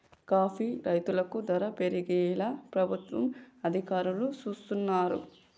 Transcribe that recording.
coffee రైతులకు ధర పెరిగేలా ప్రభుత్వ అధికారులు సూస్తున్నారు